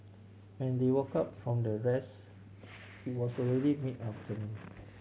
when they woke up from their rest it was already mid afternoon